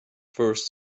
first